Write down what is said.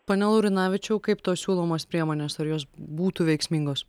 pone laurinavičiau kaip tos siūlomos priemonės ar jos būtų veiksmingos